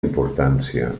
importància